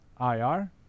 IR